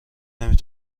نمی